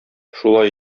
шулай